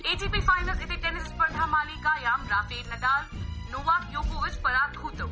ATP finals इति tennis स्पर्धामालिकायां Rafael Nadal Novak योकोविच् पराभूतौ